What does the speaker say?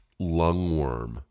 lungworm